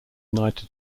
united